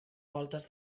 voltes